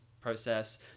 process